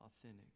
authentic